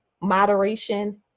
moderation